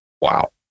Wow